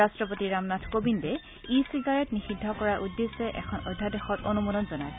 ৰাষ্ট্ৰপতি ৰামনাথ কোবিন্দে ই চিগাৰেট নিষিদ্ধ কৰাৰ উদ্দেশ্যে এখন অধ্যাদেশত অনুমোদন জনাইছে